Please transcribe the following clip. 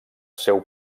seu